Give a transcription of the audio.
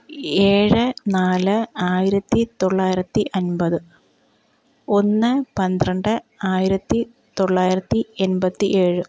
ഏഴ് നാല് ആയിരത്തിത്തൊള്ളായിരത്തി അൻപത് ഒന്ന് പന്ത്രണ്ട് ആയിരത്തി തൊള്ളായിരത്തി എൺപത്തിയേഴ്